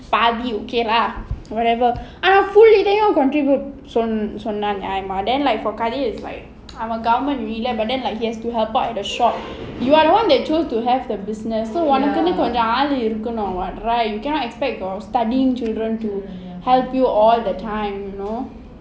okay lah whatever ஆனா:aana fully சொன்னாங்க:sonnanga contribute then for like karthik it's like I'm on government relief but then he has to help out at the shop you are the one that chose to have the business so right you cannot expect your studying children to help you all the time you know